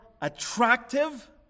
attractive